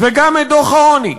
וגם את דוח העוני,